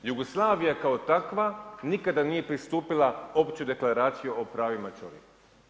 Jugoslavija kao takva, nikada nije pristupila Opću deklaraciju o pravima čovjeka.